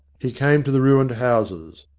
he came to the ruined houses.